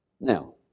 Now